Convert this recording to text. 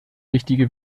richtige